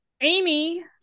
Amy